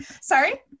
Sorry